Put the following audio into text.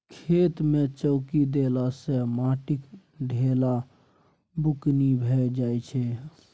खेत मे चौकी देला सँ माटिक ढेपा बुकनी भए जाइ छै